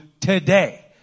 today